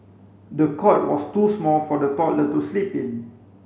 the cot was too small for the toddler to sleep in